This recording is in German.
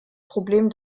problem